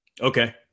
Okay